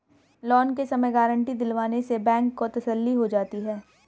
loan के समय guarantee दिलवाने से बैंक को तसल्ली हो जाती है